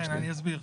כן, אני אסביר.